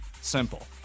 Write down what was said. simple